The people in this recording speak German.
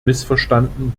missverstanden